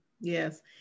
Yes